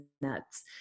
nuts